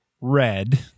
Red